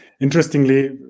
interestingly